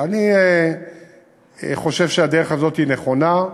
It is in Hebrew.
אני חושב שהדרך הזאת נכונה.